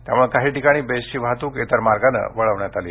त्यामुळे काही ठिकाणी बेस्टची वाहतूक इतर मार्गाने वळवण्यात आली